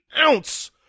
ounce